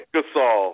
Gasol